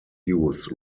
use